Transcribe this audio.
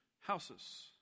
houses